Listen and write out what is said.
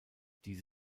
diese